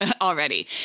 already